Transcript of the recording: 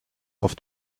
auf